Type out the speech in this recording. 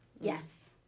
yes